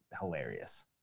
hilarious